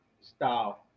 style